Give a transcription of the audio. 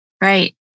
Right